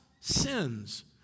sins